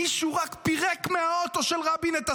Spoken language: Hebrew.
מישהו רק פירק מהאוטו של רבין את הסמל,